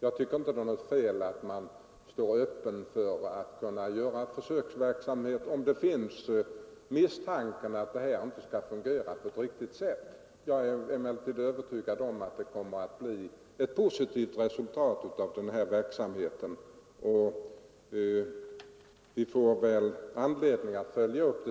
Jag tycker inte det är något fel att stå öppen för sådana här försök om det finns anledning att misstänka att ifrågavarande mötesverksamhet inte skulle fungera på ett riktigt sätt. Jag är emellertid övertygad om att det kommer att bli ett positivt resultat av den, och vi får väl anledning att följa upp